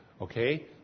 Okay